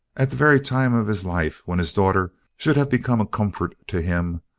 at the very time of his life when his daughter should have become a comfort to him,